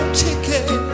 ticket